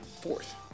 fourth